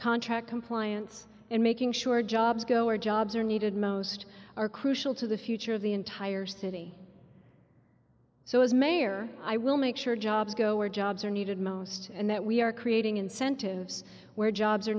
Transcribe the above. contract compliance and making sure jobs go where jobs are needed most are crucial to the future of the entire city so as mayor i will make sure jobs go where jobs are needed most and that we are creating incentives where jobs are